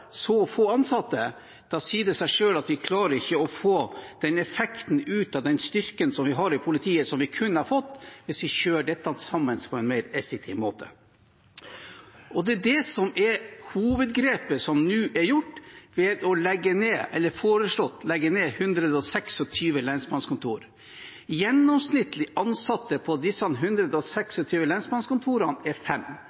få ansatte, sier det seg selv at vi klarer ikke å få ut effekten av den styrken som vi har i politiet, som vi kunne fått hvis vi kjørte dette sammen på en mer effektiv måte. Det er det som er hovedgrepet som nå er gjort ved å legge ned – eller foreslå å legge ned – 126 lensmannskontor. Gjennomsnitt antall ansatte på